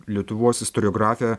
lietuvos istoriografija